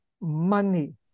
money